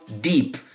deep